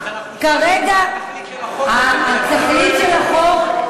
אז אנחנו שואלים, מה התכלית של החוק הזה?